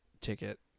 ticket